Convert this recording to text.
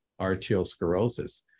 arteriosclerosis